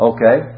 Okay